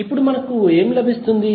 ఇప్పుడు మనకు ఏమి లభిస్తుంది